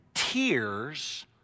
Tears